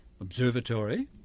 Observatory